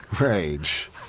rage